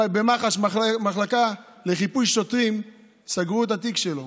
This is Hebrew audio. במח"ש, המחלקה לחיפוי שוטרים, סגרו את התיק שלו.